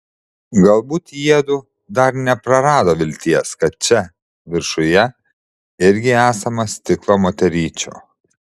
galbūt jiedu dar neprarado vilties kad čia viršuje irgi esama stiklo moteryčių